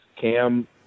Cam